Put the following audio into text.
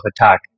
attack